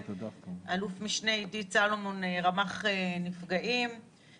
אל"מ עידית סולומון רמ"ח נפגעים,